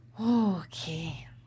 Okay